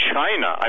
China